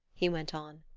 he went on.